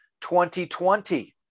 2020